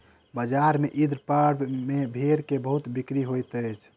बजार में ईद पर्व में भेड़ के बहुत बिक्री होइत अछि